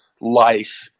life